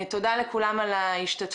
תודה רבה לכולם על ההשתתפות.